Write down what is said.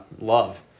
love